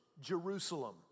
Jerusalem